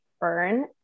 burn